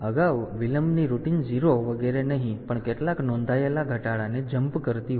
તેથી અગાઉ વિલંબની રૂટીન 0 વગેરે નહીં પણ કેટલાક નોંધાયેલા ઘટાડાને જમ્પ કરતી હતી